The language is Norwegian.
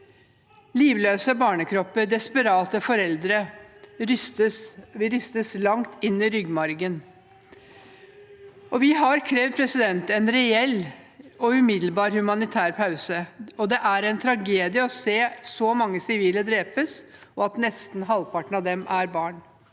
livløse barnekropper, desperate foreldre. Vi rystes langt inn i ryggmargen. Vi har krevd en reell og umiddelbar humanitær pause. Det er en tragedie å se at så mange sivile drepes, og at nesten halvparten av dem er barn.